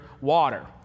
water